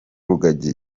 rugagi